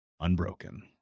Unbroken